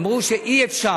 אמרו שאי-אפשר.